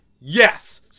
Yes